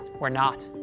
we're not.